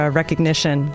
recognition